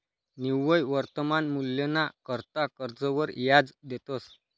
निव्वय वर्तमान मूल्यना करता कर्जवर याज देतंस